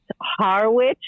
Harwich